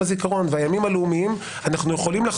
יום הזיכרון והימים הלאומיים מאוחדים,